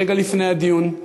רגע לפני הדיון,